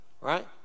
Right